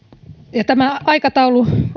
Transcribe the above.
ja tämä aikataulu